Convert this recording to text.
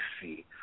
see